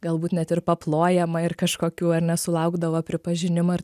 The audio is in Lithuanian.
galbūt net ir paplojama ir kažkokių ar ne sulaukdavo pripažinimo ir